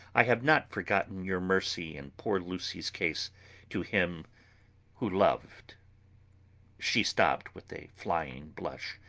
i have not forgotten your mercy in poor lucy's case to him who loved she stopped with a flying blush,